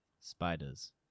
Spiders